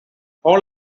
all